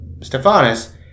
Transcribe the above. Stephanus